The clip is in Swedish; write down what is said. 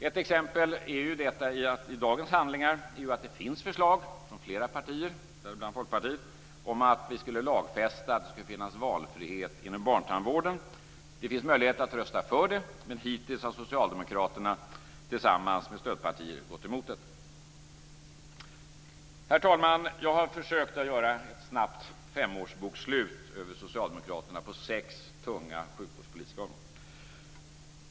Ett exempel i dagens handlingar är att det finns förslag från flera partier, däribland Folkpartiet, om att lagfästa att det ska finnas valfrihet inom barntandvården. Det finns möjlighet att rösta för det, men hittills har Socialdemokraterna gått emot detta tillsammans med stödpartier. Herr talman! Jag har försökt att göra ett snabbt femårsbokslut över Socialdemokraterna på sex tunga sjukvårdspolitiska områden.